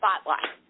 spotlight